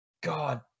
god